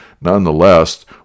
nonetheless